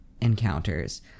encounters